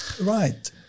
Right